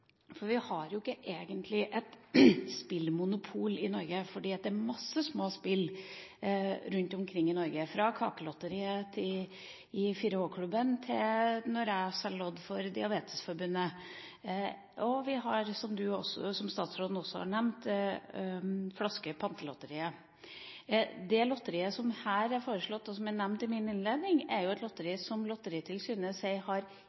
Vi har jo ikke egentlig et spillmonopol i Norge. Det er mange små spill rundt omkring i Norge – fra kakelotteri i 4H-klubben til når jeg selger lodd for Diabetesforbundet. Vi har, som statsråden har nevnt, også Pantelotteriet. Det lotteriet som her er foreslått, og som er nevnt i min innledning, er et lotteri som Lotteritilsynet sier